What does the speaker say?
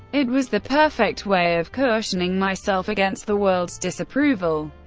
it was the perfect way of cushioning myself against the world's disapproval.